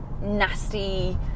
nasty